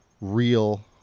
real